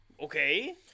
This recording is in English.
okay